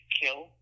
kill